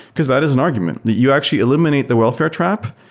because that is an argument. you actually eliminate the welfare trap.